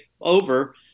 over